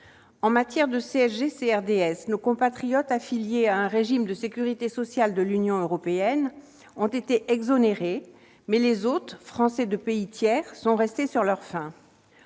En matière de CSG-CRDS, nos compatriotes affiliés à un régime de sécurité sociale de l'Union européenne ont été exonérés, mais les autres Français résidant dans des pays tiers sont restés sur leur faim.